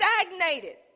stagnated